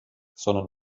sondern